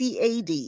CAD